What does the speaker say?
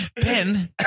Pin